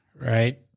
right